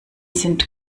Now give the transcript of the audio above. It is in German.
sind